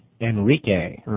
Enrique